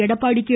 Edappadi K